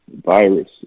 virus